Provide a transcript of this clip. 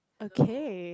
okay